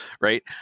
Right